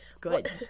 good